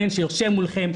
בן שיושב מולכם,